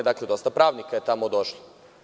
Dakle, dosta pravnika je tamo došlo.